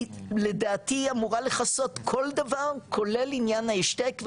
היא לדעתי אמורה לכסות כל דבר כולל עניין ההשתק,